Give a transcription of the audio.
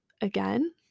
again